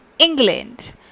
England